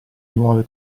nuove